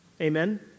Amen